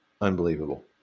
unbelievable